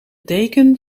deken